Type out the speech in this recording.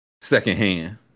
secondhand